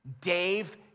Dave